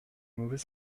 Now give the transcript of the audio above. mauvais